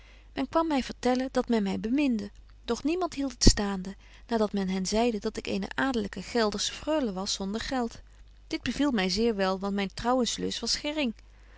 men kwam my vertellen dat men my beminde doch niemand hield het staande na dat men hen zeide dat ik eene adelyke geldersche freule was zonder geld dit beviel my zeer wel want myn trouwenslust was